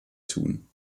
tun